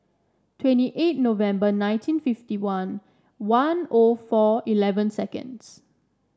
twenty eight November nineteen fifty one one O four eleven seconds